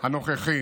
הנוכחי